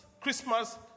Christmas